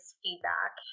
feedback